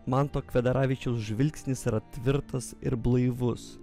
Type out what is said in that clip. manto kvedaravičiaus žvilgsnis yra tvirtas ir blaivus